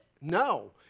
No